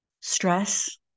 stress